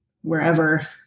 wherever